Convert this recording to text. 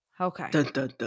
Okay